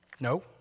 No